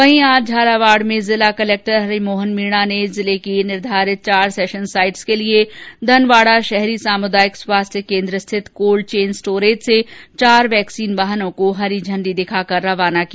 वहीं आज झालावाड़ में जिला कलक्टर हरिमोहन मीना ने जिले की निर्धारित चार सेशन साइट्स के लिए धनवाड़ा शहरी सामुदायिक स्वास्थ्य केन्द्र स्थित कोल्ड चेन स्टोरेज से चार वैक्सीन वाहनों को हरी झण्डी दिखाकर रवाना किया